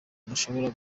mushobora